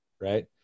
Right